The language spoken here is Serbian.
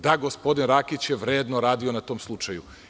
Da gospodin Rakić je vredno radio na tom slučaju.